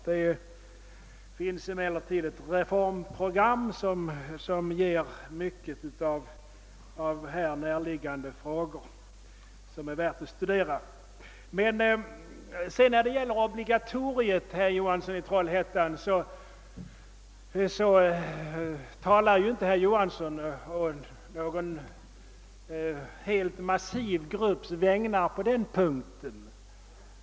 Det finns ett reformprogram som är värt att studera och som behandlar många här närliggande frågor. Vad sedan obligatoriet beträffar talar herr Johansson i Trollhättan inte på någon helt massiv grupps vägnar.